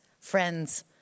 friends